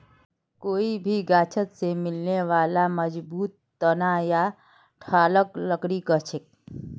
कोई भी गाछोत से मिलने बाला मजबूत तना या ठालक लकड़ी कहछेक